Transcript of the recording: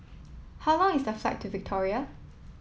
how long is the flight to Victoria